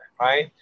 right